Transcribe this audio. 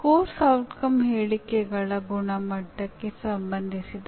ಇದು ಕಲಿಕೆ ಮೌಲ್ಯಮಾಪನ ಮತ್ತು ಸೂಚನೆ ಎಂಬ ಮೂರು ಪರಿಚಿತ ಪದಗಳಿಗೆ ಸಂಬಂಧಿಸಿದೆ